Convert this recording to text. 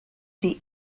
die